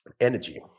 Energy